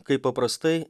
kaip paprastai